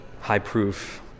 high-proof